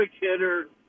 hitter